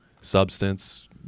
substance